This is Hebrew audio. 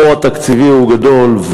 הבור התקציבי גדול,